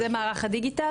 זה מערך הדיגיטל?